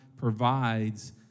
provides